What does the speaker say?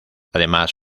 además